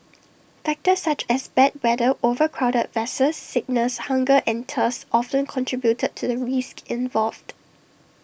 factors such as bad weather overcrowded vessels sickness hunger and thirst often contribute to the risks involved